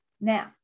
now